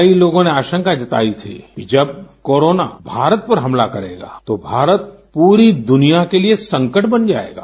कई लोगों ने आशंका जताई थी कि जब कोरोना भारत पर हमला करेगा तो भारत पूरी दुनिया के लिए संकट बन जाएगा